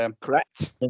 correct